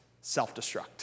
self-destruct